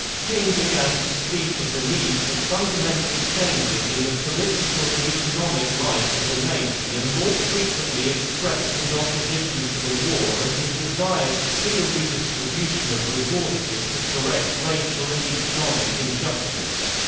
king began to speak of the need for fundamental changes in the political and economic life of the nation and more frequently expressed his opposition to the war and his desire to see a redistribution of resources to correct racial and economic injustice.